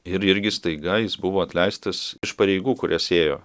ir irgi staiga jis buvo atleistas iš pareigų kurias ėjo